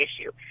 issue